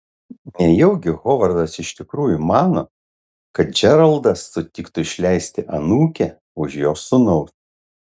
nejaugi hovardas iš tikrųjų mano kad džeraldas sutiktų išleisti anūkę už jo sūnaus